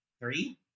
three